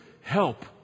help